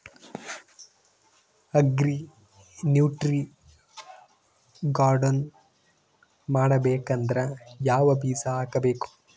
Agri nutri garden ಮಾಡಬೇಕಂದ್ರ ಯಾವ ಬೀಜ ಹಾಕಬೇಕು?